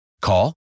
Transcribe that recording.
Call